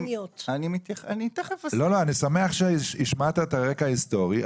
אני שמח שהשמעת את הרקע ההיסטורי,